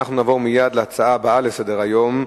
אנחנו נעבור מייד להצעות הבאות לסדר-היום: